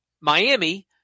Miami